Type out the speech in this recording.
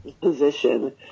position